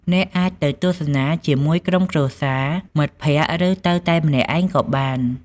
អ្នកអាចទៅទស្សនាជាមួយក្រុមគ្រួសារ មិត្តភក្តិ ឬទៅតែម្នាក់ឯងក៏បាន។